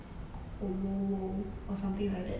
or wowo or something like that